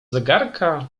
zegarka